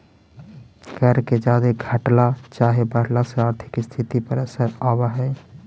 कर के जादे घटला चाहे बढ़ला से आर्थिक स्थिति पर असर आब हई